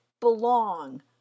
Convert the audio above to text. belong